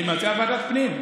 אני מציע ועדת הפנים.